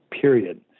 period